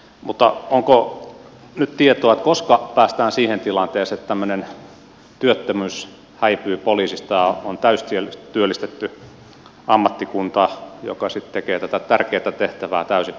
mutta onko nyt tietoa koska päästään siihen tilanteeseen että tämmöinen työttömyys häipyy poliisista on täystyöllistetty ammattikunta joka sitten tekee tätä tärkeää tehtävää täysipainoisesti